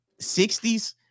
60s